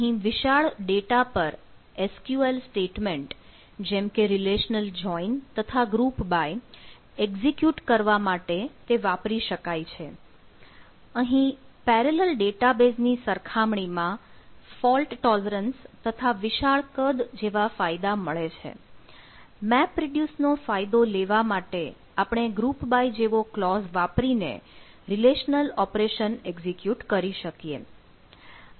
અહીં વિશાળ ડેટા પર SQL સ્ટેટમેન્ટ જેવા ક્લોઝ વાપરી ને રિલેશનલ ઓપરેશન એક્ઝિક્યુટ કરી શકીએ